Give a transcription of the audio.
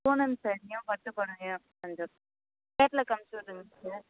பூனம் சாரீயும் பட்டு புடவையும் கொஞ்சம் கேட்லாக் அமிச்சிவுடுங்க சார்